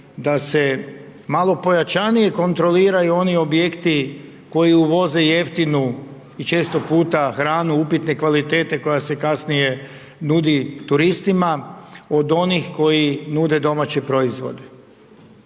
da se malo pojačanije kontroliraju oni objekti, koji uvoze jeftinu i često puta hranu upitne kvalitete koja se kasnije nudi turistima, od onih koji nude domaće proizvode.